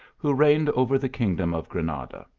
who reigned over the kingdom of granada.